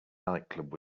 nightclub